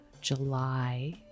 July